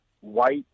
white